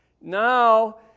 now